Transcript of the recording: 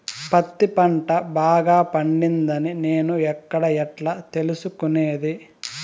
పత్తి పంట బాగా పండిందని నేను ఎక్కడ, ఎట్లా తెలుసుకునేది?